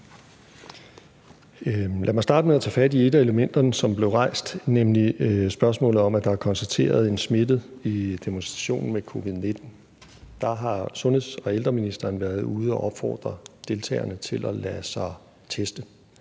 Lad mig starte med at tage fat i et af elementerne, som blev nævnt, nemlig spørgsmålet om, at der er konstateret en smittet med covid-19 i demonstrationen. Der har sundheds- og ældreministeren været ude at opfordre deltagerne til at lade sig teste.